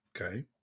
okay